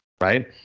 right